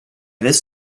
this